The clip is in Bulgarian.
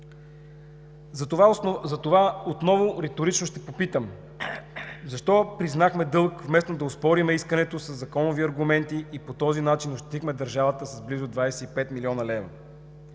Затова отново риторично ще попитам: защо признахме дълг вместо да оспорим искането със законови аргументи и по този начин ощетихме държавата с близо 25 млн. лв.?